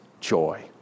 joy